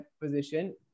position